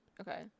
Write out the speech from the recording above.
Okay